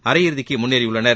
அரையிறுதிக்கு முன்னேறியுள்ளனர்